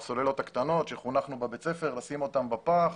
הקטנות שחונכנו בבית ספר לשים אותן בפח